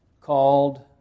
called